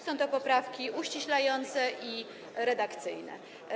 Są to poprawki uściślające i redakcyjne.